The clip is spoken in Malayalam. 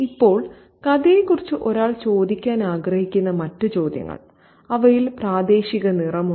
ഇപ്പോൾ കഥയെക്കുറിച്ച് ഒരാൾ ചോദിക്കാൻ ആഗ്രഹിക്കുന്ന മറ്റ് ചോദ്യങ്ങൾ അവയിൽ പ്രാദേശിക നിറമുണ്ടോ